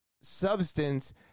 substance